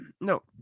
No